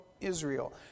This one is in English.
Israel